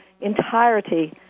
entirety